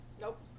Nope